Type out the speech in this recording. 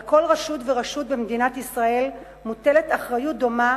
על כל רשות ורשות במדינת ישראל מוטלת אחריות דומה